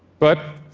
but,